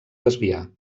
desviar